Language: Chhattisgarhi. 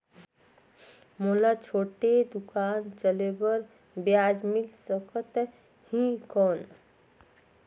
मोला छोटे दुकान चले बर ब्याज मिल सकत ही कौन?